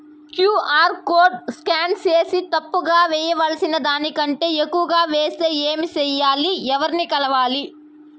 QR code scan సేసి తప్పు గా వేయాల్సిన దానికంటే ఎక్కువగా వేసెస్తే ఏమి సెయ్యాలి? ఎవర్ని కలవాలి?